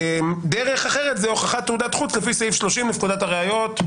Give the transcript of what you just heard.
דרך אחרת זה הוכחת תעודת חוץ לפי סעיף 30 לפקודת הראיות...".